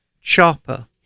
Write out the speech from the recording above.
chopper